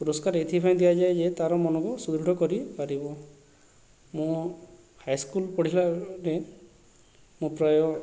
ପୁରଷ୍କାର ଏଥିପାଇଁ ଦିଆଯାଏ ଯେ ତାର ମନକୁ ସୁଦୃଢ଼ କରିପାରିବ ମୁଁ ହାଇସ୍କୁଲ୍ ପଢ଼ିଲାବେଳେ ମୁଁ ପ୍ରାୟ